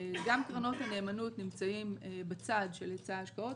גם קרנות הנאמנות נמצאים בצד של היצע ההשקעות.